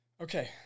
Okay